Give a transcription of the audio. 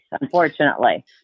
unfortunately